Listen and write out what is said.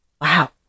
Wow